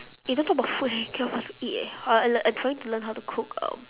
eh don't talk about food eh cannot even eat eh I I trying learn how to cook um